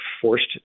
forced